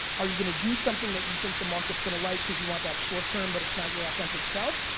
are you gonna do something that you think the market's gonna like because you want that short term, but it's not your authentic self,